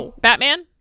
Batman